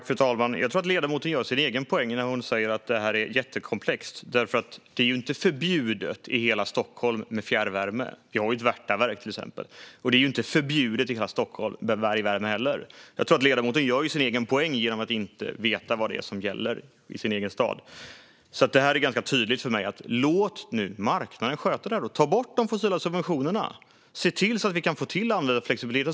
Fru talman! Jag tror att ledamoten gör sin egen poäng när hon säger att detta är jättekomplext. Det är ju inte förbjudet med fjärrvärme i hela Stockholm. Vi har ju Värtaverket, till exempel. Det är inte förbjudet med bergvärme i hela Stockholms heller. Ledamoten gör sin egen poäng genom att inte veta vad som gäller i hennes egen stad. Det hela är ganska tydligt för mig: Låt nu marknaden sköta detta! Ta bort de fossila subventionerna, och se till att vi få till användarflexibilitet!